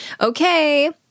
okay